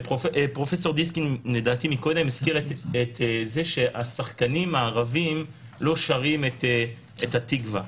פרופסור דיסקין הזכיר את זה שהשחקנים הערבים לא שרים את התקווה.